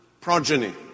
progeny